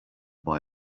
boy